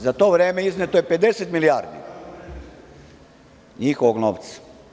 Za to vreme izneto je 50 milijardi njihovog novca.